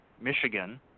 Michigan